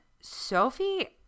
sophie